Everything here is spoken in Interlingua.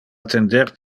attender